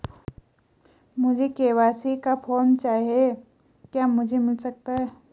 मुझे के.वाई.सी का फॉर्म चाहिए क्या मुझे मिल सकता है?